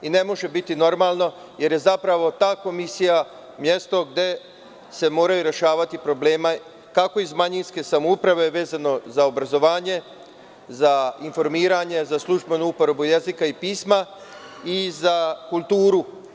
Ne može biti normalno jer je ta komisija mesto gde se moraju rešavati problemi kako iz manjinske samouprave, vezano za obrazovanje, za informisanje, za službenu upotrebu jezika i pisma i za kulturu.